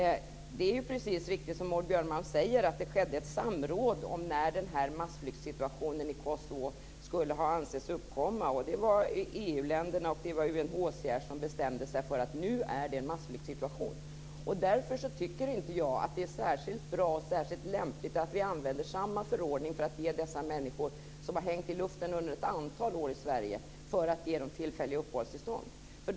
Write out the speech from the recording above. Det är precis som Maud Björnemalm säger. Det skedde ett samråd om när massflyktssituationen skulle anses uppkomma. Det var EU-länderna och UNHCR som bestämde sig och sade: Nu är det en massflyktssituation. Därför tycker inte jag att det är särskilt bra eller lämpligt att vi använder samma förordning för att ge dessa människor som har hängt i luften under ett antal år i Sverige tillfälliga uppehållstillstånd.